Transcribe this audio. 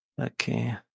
Okay